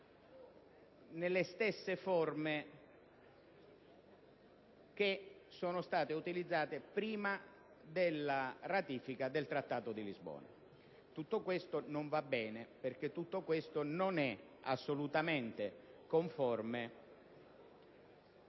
nelle stessa forme che sono state utilizzate prima della ratifica del Trattato di Lisbona. Tutto questo non va bene, perché non è assolutamente conforme